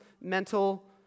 mental